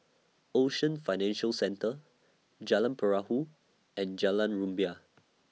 Ocean Financial Centre Jalan Perahu and Jalan Rumbia